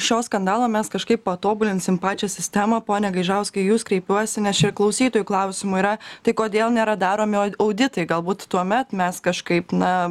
šio skandalo mes kažkaip patobulinsim pačią sistemą pone gaižauskai į jus kreipiuosi nes čia klausytojų klausimų yra tai kodėl nėra daromi auditai galbūt tuomet mes kažkaip na